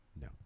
No